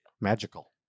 magical